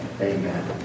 Amen